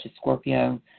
Scorpio